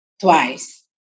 twice